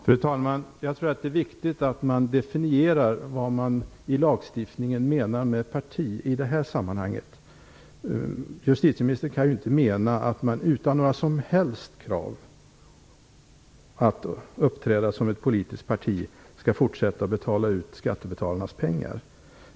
Fru talman! Jag tror att det är viktigt att definiera vad man i lagstiftningen menar med parti i det här sammanhanget. Justitieministern kan ju inte mena att man utan några som helst krav på att ett parti skall uppträda som ett politiskt parti skall fortsätta att betala ut skattebetalarnas pengar.